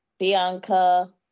Bianca